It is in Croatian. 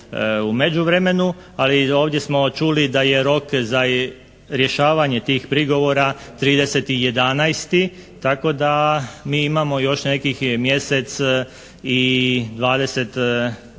međuvremenu ali ovdje smo čuli da je rok za rješavanje tih prigovora 30.11. tako da mi imamo još nekih mjesec i 20